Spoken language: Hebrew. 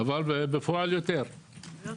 אבל בפועל יש יותר.